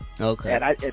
Okay